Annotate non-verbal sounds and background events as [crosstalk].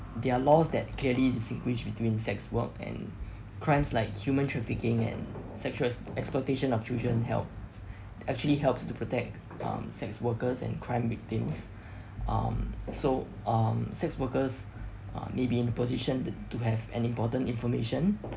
there are laws that clearly distinguish between sex work and crimes like human trafficking and sexual exploitation of children help actually helps to protect um sex workers and crime victims [breath] um so um sex workers uh may be in position t~ to have an important information